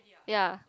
ya